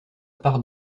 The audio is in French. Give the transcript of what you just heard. part